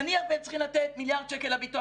נניח והם צריכים לתת מיליארד שקל לביטוח